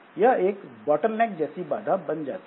यह एक bottleneck जैसी बाधा बन जाती है